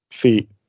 feet